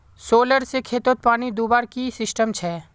Solar से खेतोत पानी दुबार की सिस्टम छे?